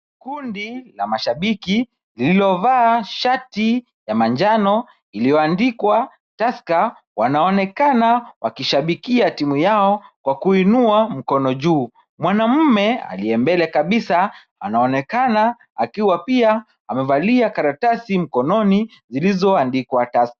Kundi la mashabiki lililovaa shati ya manjano iliyoandikwa Tusker wanaonekana wakishabikia timu yao kwa kuinua mkono juu. Mwanaume aliye mbele kabisa anaonekana akiwa pia amevalia karatasi mkononi zilizoandikwa Tusker.